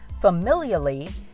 familially